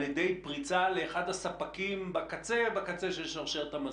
ידי פריצה לאחד הספקים בקצה שרשרת המזון,